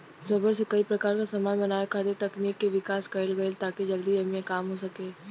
rubber से कई प्रकार क समान बनावे खातिर तकनीक के विकास कईल गइल ताकि जल्दी एमे काम हो सके